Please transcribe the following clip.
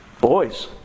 Boys